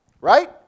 Right